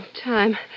time